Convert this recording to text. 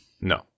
No